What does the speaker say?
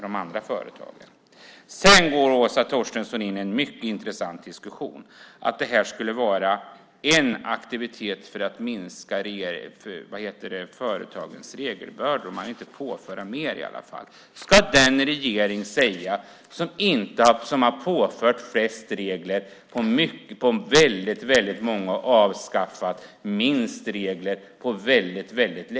Sedan går Åsa Torstensson in i en mycket intressant diskussion och säger att det här skulle vara en aktivitet för att minska företagens regelbördor. Man vill i alla fall inte påföra mer. Det säger den regering som har påfört flest och avskaffat minst regler på väldigt länge.